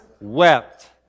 wept